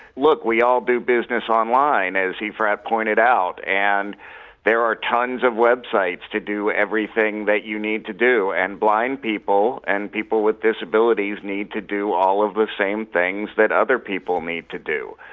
look, we all do business online, as ephrat pointed out, and there are tonnes of websites to do everything that you need to do. and blind people and people with disabilities need to do all of the same things that other people need to do.